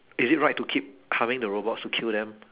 is it right to keep harming the robots to kill them